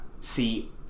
See